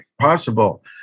possible